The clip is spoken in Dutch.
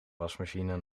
wasmachine